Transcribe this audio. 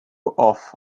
off